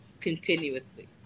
continuously